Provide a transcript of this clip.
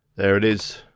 there it is.